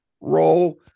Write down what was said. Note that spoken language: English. role